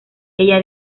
ella